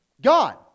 God